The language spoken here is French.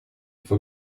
faut